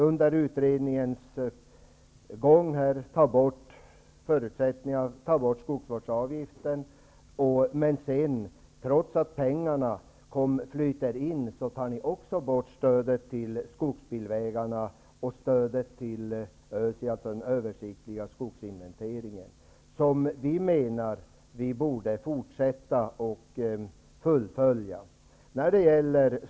Under utredningens gång tar ni t.ex. bort skogsvårdsavgiften. Trots att pengarna flyter in tar ni även bort stödet till skogsbilvägarna och till den översiktliga skogsinventeringen, där vi menar att man borde fortsätta och fullfölja det hela.